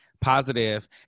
positive